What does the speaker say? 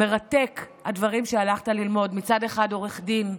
מרתק, הדברים שהלכת ללמוד: מצד אחד, עורך דין,